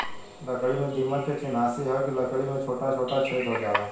लकड़ी में दीमक के चिन्हासी ह कि लकड़ी में छोटा छोटा छेद हो जाला